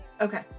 Okay